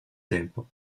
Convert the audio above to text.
tempo